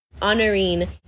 honoring